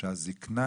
שהזקנה